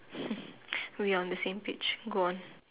we are on the same page go on